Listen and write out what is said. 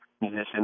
musician